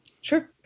sure